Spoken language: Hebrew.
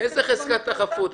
איזה חזקת החפות?